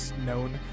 known